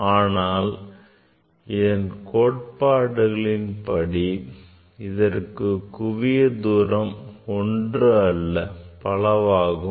ஆனால் இதன் கோட்பாட்டின்படி இதற்கு குவிய தூரம் ஒன்று அல்ல பலவாகும்